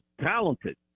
talented